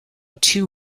two